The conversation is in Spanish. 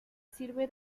sirve